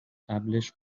قبلش